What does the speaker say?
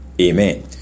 Amen